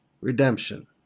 Redemption